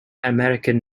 american